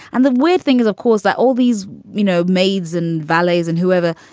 and the weird thing is, of course, that all these, you know, maids and valets and whoever,